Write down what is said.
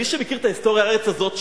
מי שמכיר את ההיסטוריה, הארץ הזאת שוממה.